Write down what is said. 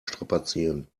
strapazieren